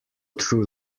through